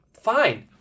fine